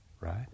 right